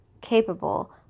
capable